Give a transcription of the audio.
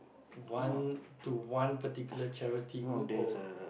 one to one particular charity group or